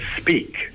speak